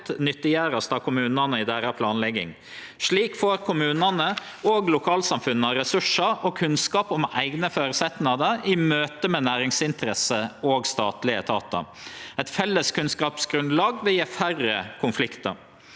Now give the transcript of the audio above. nyttiggjerast av kommunane i planlegginga deira. Slik får kommunane og lokalsamfunna resursar og kunnskap om eigne føresetnader i møte med næringsinteresser og statlege etatar. Eit felles kunnskapsgrunnlag vil gje færre konfliktar.